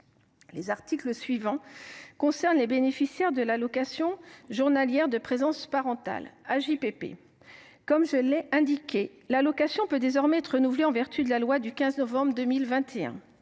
Les articles suivants concernent les bénéficiaires de l’allocation journalière de présence parentale. Comme je l’ai indiqué, cette allocation peut désormais être renouvelée, en vertu de la loi du 15 novembre 2021.